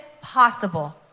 possible